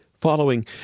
following